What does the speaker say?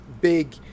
big